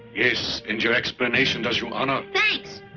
yes. and your explanation does you honor. thanks.